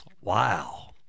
Wow